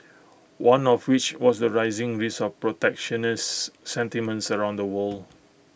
one of which was the rising risk of protectionist sentiments around the world